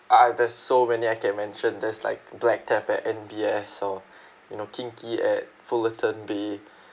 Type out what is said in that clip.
uh there's so many I can mention there's like Black Tap at M_B_S or you know Kinki at fullerton bay